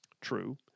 True